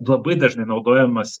labai dažnai naudojamas